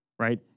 right